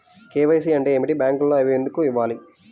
KYC అంటే ఏమిటి? బ్యాంకులో అవి ఎందుకు ఇవ్వాలి?